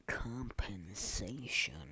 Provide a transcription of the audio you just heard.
compensation